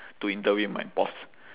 to interview with my boss